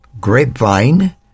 grapevine